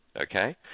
Okay